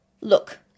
look